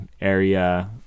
area